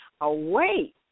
away